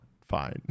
fine